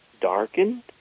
darkened